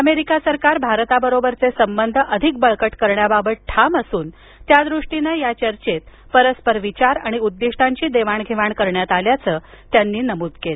America सरकार भारताबरोबरचे संबंध अधिक बळकट करण्याबाबत ठाम असून त्यादृष्टीनं या चर्वेत परस्पर विचार आणि उद्दिष्टांची देवाणघेवाण करण्यात आल्याचं त्यांनी नमूद केलं